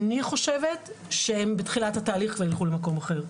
אני חושבת שהן בתחילת התהליך ילכו למקום אחר.